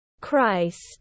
Christ